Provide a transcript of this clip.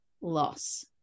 loss